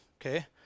okay